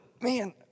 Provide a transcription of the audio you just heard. man